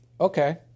Okay